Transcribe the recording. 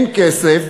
אין כסף,